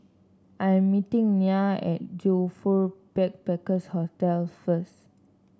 I'm meeting Nya at Joyfor Backpackers' Hostel first